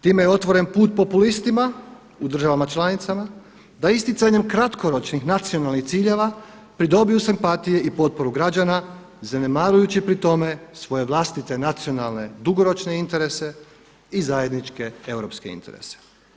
Time je otvoren put populistima u državama članicama da isticanjem kratkoročnih nacionalnih ciljeva pridobiju simpatije i potporu građana zanemarujući pri tome svoje vlastite nacionalne dugoročne interese i zajedničke europske interese.